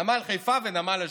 נמל חיפה ונמל אשדוד,